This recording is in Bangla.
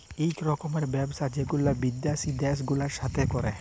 ইক রকমের ব্যবসা যেগুলা বিদ্যাসি দ্যাশ গুলার সাথে ক্যরে